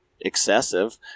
excessive